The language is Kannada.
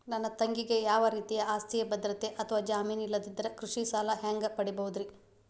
ನನ್ನ ತಂಗಿಗೆ ಯಾವ ರೇತಿಯ ಆಸ್ತಿಯ ಭದ್ರತೆ ಅಥವಾ ಜಾಮೇನ್ ಇಲ್ಲದಿದ್ದರ ಕೃಷಿ ಸಾಲಾ ಹ್ಯಾಂಗ್ ಪಡಿಬಹುದ್ರಿ?